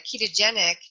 ketogenic